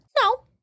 No